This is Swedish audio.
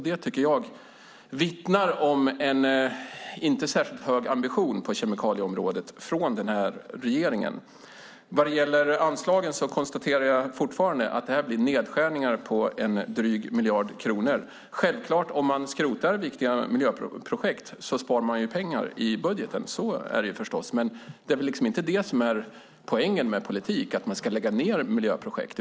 Det vittnar om en inte särskilt hög ambition hos regeringen på kemikalieområdet. När det gäller anslagen konstaterar jag fortfarande att det är nedskärningar med drygt 1 miljard kronor. Om man skrotar viktiga miljöprojekt sparar man naturligtvis pengar i budgeten, men poängen med politik är väl inte att man ska lägga ned miljöprojekt.